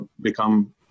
become